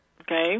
Okay